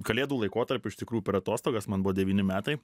kalėdų laikotarpiu iš tikrųjų per atostogas man buvo devyni metai